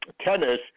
tennis